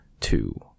two